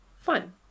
fun